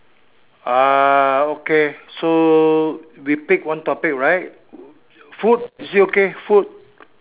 uh okay so we pick one topic right food is it okay food